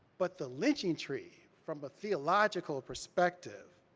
but the lynching tree, from a theological perspective,